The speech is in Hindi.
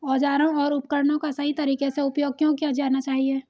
औजारों और उपकरणों का सही तरीके से उपयोग क्यों किया जाना चाहिए?